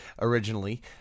originally